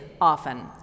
often